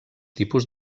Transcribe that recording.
tipus